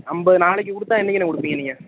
ஐம்பது நாளைக்கு கொடுத்தா என்னைக்கின கொடுப்பீங்க நீங்கள்